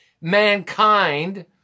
mankind